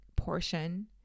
portion